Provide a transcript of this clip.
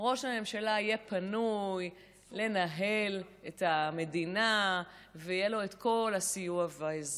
ראש הממשלה יהיה פנוי לנהל את המדינה ויהיה לו את כל הסיוע והעזרה.